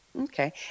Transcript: Okay